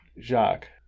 Jacques